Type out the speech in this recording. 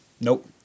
Nope